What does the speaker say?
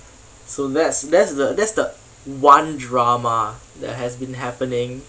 so that's that's the that's the one drama that has been happening